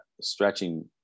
stretching